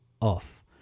off